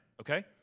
okay